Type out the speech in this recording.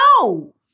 No